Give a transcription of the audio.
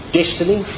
destiny